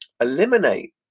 eliminate